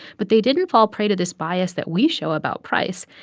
but they didn't fall prey to this bias that we show about price.